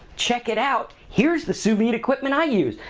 check it out, here's the sous vide equipment i use.